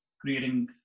creating